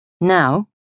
Now